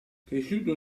cresciuto